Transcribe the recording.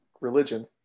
religion